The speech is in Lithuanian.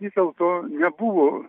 vis dėlto nebuvo